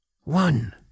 One